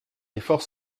effort